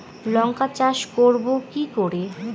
লঙ্কা চাষ করব কি করে?